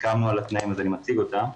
הסכמנו על התנאים אז אני מציג אותם.